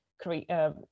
create